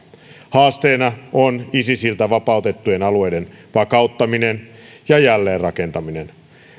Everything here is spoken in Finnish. haasteena on isisiltä vapautettujen alueiden vakauttaminen ja jälleenrakentaminen